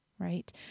right